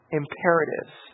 imperatives